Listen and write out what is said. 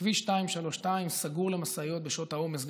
כביש 232 סגור למשאיות בשעות העומס,